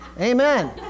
Amen